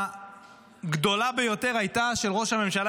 הטענה הגדולה ביותר הייתה של ראש הממשלה